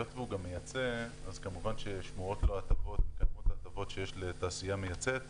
כיוון שהוא גם מייצא ולכן כמובן ששומרות לו הטבות שיש לתעשייה מייצאת.